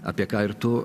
apie ką ir tu